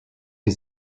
die